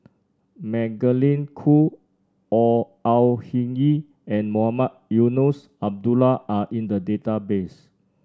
Magdalene Khoo Or Au Hing Yee and Mohamed Eunos Abdullah are in the database